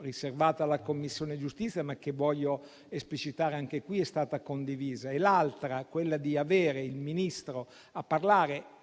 riservata alla Commissione giustizia, ma la voglio esplicitare anche qui ed è stata condivisa; l'altra è avere il Ministro a parlare